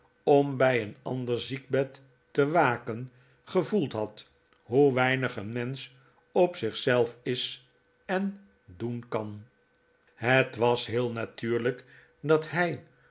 om bij een ander ziekbed te waken gevoeld had hoe weinig een mensch op zich zelf is en doen kan het was heel natuurlijk dat hij